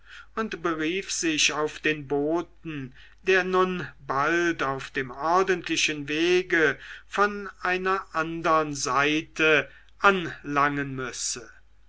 und berief sich auf den boten der nun bald auf dem ordentlichen wege von einer andern seite anlangen müsse